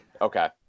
Okay